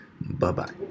Bye-bye